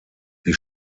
sie